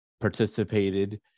participated